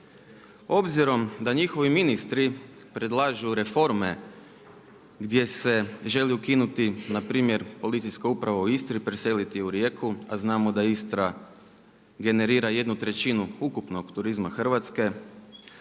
obzirom da njihovi ministri predlažu reforme gdje se želi ukinuti na primjer Policijska uprava u Istri preseliti u Rijeku, a znamo da Istra generira jednu trećinu ukupnog turizma Hrvatske.